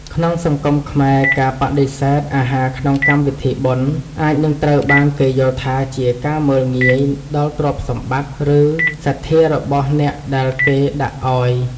ក្នុងសង្គមខ្មែរការបដិសេធអាហារក្នុងកម្មវិធីបុណ្យ អាចនឹងត្រូវបានគេយល់ថាជាការមើលងាយដល់ទ្រព្យសម្បត្តិ ឬសទ្ធារបស់អ្នកដែលគេដាក់ឱ្យ។